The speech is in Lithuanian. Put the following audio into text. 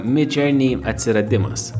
midjourney atsiradimas